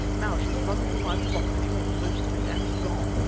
now she has run through my property, or most of it, and gone.